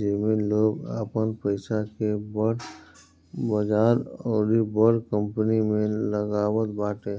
जेमे लोग आपन पईसा के बड़ बजार अउरी बड़ कंपनी में लगावत बाटे